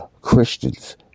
Christians